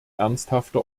ernsthafte